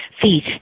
feet